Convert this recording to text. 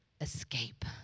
escape